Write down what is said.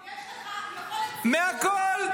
מהכול,